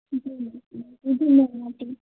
जी जी